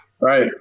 Right